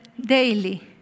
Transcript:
daily